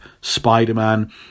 Spider-Man